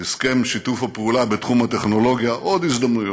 הסכם שיתוף הפעולה בתחום הטכנולוגיה, עוד הזדמנות,